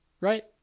right